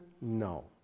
No